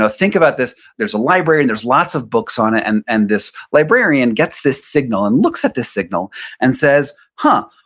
ah think about this, there's a library, and there's lots of books on it. and and this librarian gets this signal and looks at this signal and says, huh,